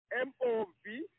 M-O-V